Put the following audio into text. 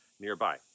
nearby